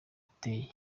zateye